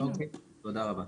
אוקיי, תודה רבה.